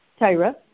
Tyra